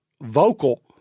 vocal